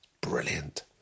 Brilliant